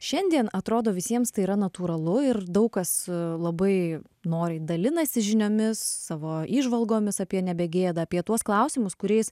šiandien atrodo visiems tai yra natūralu ir daug kas labai noriai dalinasi žiniomis savo įžvalgomis apie nebe gėda apie tuos klausimus kuriais